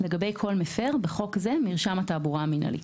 לגבי כל מפר (בחוק זה, מרשם התעבורה המינהלי).